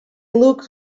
looked